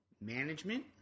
management